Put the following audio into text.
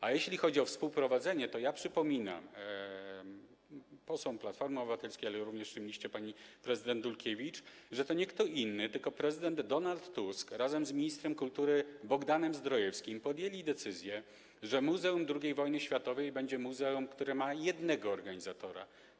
A jeśli chodzi o współprowadzenie, to ja przypominam posłom Platformy Obywatelskiej, również w tym liście do pani prezydent Dulkiewicz, że to nie kto inny, tylko premier Donald Tusk razem z ministrem kultury Bogdanem Zdrojewskim podjęli decyzję, że Muzeum II Wojny Światowej będzie muzeum, które ma jednego organizatora.